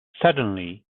suddenly